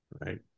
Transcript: Right